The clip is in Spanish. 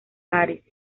paris